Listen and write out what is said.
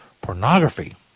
pornography